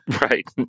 Right